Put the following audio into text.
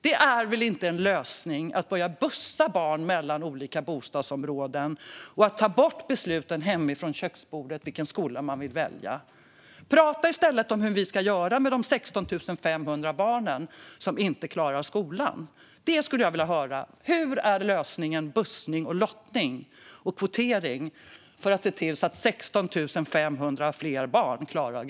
Det är väl inte en lösning att börja bussa barn mellan olika bostadsområden och att ta bort besluten hemifrån köksbordet om vilken skola man vill välja! Prata i stället om hur vi ska göra med de 16 500 barn som inte klarar grundskolan! Det skulle jag vilja höra. Hur kan lösningen på detta vara bussning, lottning och kvotering?